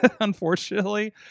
unfortunately